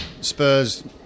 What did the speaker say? Spurs